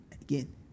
Again